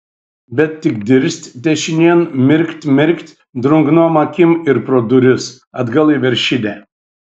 bet tik dirst dešinėn mirkt mirkt drungnom akim ir pro duris atgal į veršidę